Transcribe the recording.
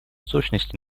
сущности